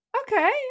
okay